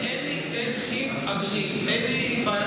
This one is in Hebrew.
מה?